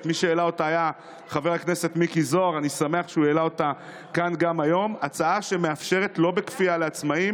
חבר הכנסת והשר במשרד האוצר חמד עמאר,